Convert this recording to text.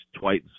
twice